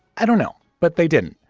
i don't know, but they didn't.